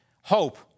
hope